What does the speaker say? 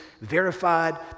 verified